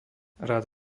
rad